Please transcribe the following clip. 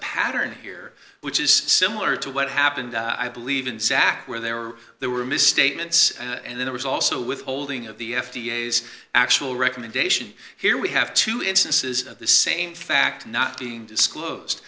pattern here which is similar to what happened i believe in sac where there were there were misstatements and there was also withholding of the f d a as actual recommendation here we have two instances of the same fact not being disclosed